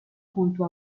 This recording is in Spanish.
junto